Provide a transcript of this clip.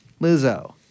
Lizzo